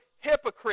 hypocrite